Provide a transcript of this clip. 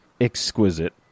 exquisite